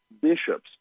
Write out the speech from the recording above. bishops